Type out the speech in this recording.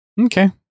Okay